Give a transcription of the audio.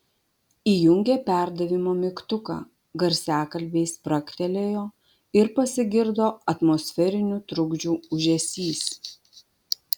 įjungė perdavimo mygtuką garsiakalbiai spragtelėjo ir pasigirdo atmosferinių trukdžių ūžesys